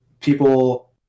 people